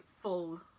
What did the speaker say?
full